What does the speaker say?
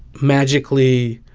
magically